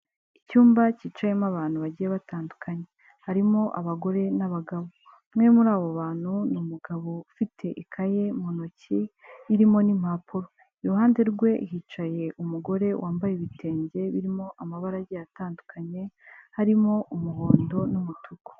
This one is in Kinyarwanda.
Icyumba kicayemo abantu bagiye batandukanye. Harimo abagore n'abagabo. Umwe muri abo bantu ni umugabo ufite ikaye mu ntoki irimo n'impapuro. Iruhande rwe hicaye umugore wambaye ibitenge birimo amabara agiye atandukanye harimo umuhondo n'umutuku.